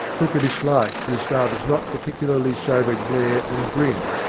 took a dislike to his father's not particularly sober glare and grin,